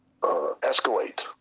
escalate